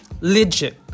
legit